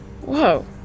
Whoa